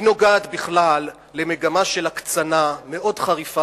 היא נוגעת בכלל למגמה של הקצנה מאוד חריפה